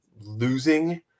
losing